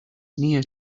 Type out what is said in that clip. near